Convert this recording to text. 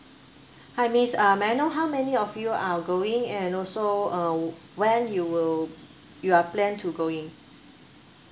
hi miss uh may I know how many of you are going and also uh when you will you are plan to going